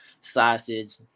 sausage